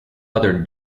other